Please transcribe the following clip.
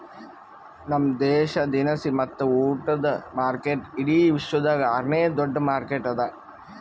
ನಮ್ ದೇಶ ದಿನಸಿ ಮತ್ತ ಉಟ್ಟದ ಮಾರ್ಕೆಟ್ ಇಡಿ ವಿಶ್ವದಾಗ್ ಆರ ನೇ ದೊಡ್ಡ ಮಾರ್ಕೆಟ್ ಅದಾ